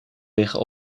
liggen